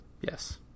Yes